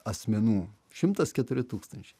asmenų šimtas keturi tūkstančiai